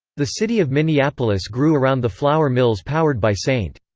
the city of minneapolis grew around the flour mills powered by st.